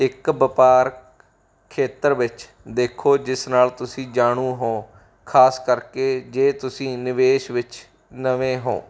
ਇੱਕ ਵਪਾਰਕ ਖੇਤਰ ਵਿੱਚ ਦੇਖੋ ਜਿਸ ਨਾਲ ਤੁਸੀਂ ਜਾਣੂ ਹੋ ਖਾਸ ਕਰਕੇ ਜੇ ਤੁਸੀਂ ਨਿਵੇਸ਼ ਵਿੱਚ ਨਵੇਂ ਹੋ